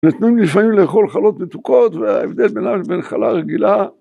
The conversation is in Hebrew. נותנים לפעמים לאכול חלות מתוקות, וההבדל בינה לבין חלה רגילה